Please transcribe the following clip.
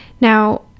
Now